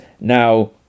Now